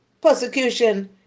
persecution